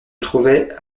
trouvait